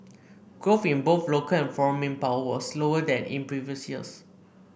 growth in both local and foreign manpower was slower than in previous years